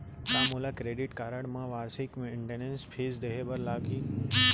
का मोला credit card बर वार्षिक मेंटेनेंस फीस देहे बर लागही?